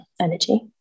energy